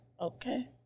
Okay